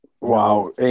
wow